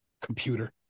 computer